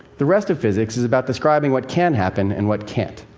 the rest of physics is about describing what can happen and what can't.